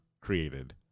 created